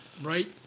Right